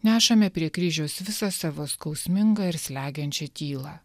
nešame prie kryžiaus visą savo skausmingą ir slegiančią tylą